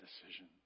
decision